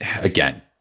again